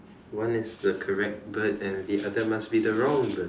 one is the correct bird and the other must be the wrong bird